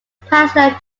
pastor